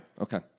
Okay